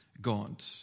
God